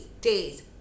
days